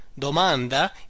domanda